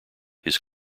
his